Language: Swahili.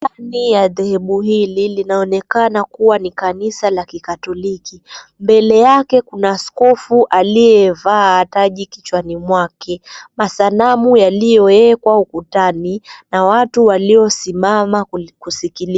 Ndani ya dhehebu hili linaonekana kuwa ni kanisa la Kikatoliki. Mbele yake kuna skofu alievaa taji kichwani kwake. Sanamu zilizowekwa ukutani na watu waliosimama kusikiliza.